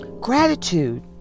Gratitude